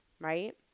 right